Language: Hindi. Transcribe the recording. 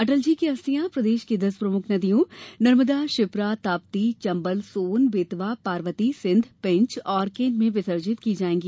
अटलजी की अस्थियां प्रदेश की दस प्रमुख नदियों नर्मदा क्षिप्रा ताप्ती चम्बल सोन बेतवा पार्वती सिंध पेंच और केन में विसर्जित की जायेंगी